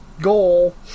goal